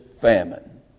famine